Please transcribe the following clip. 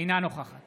אינה נוכחת